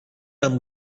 amb